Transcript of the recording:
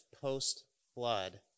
post-flood